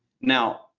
now